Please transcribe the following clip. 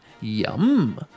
yum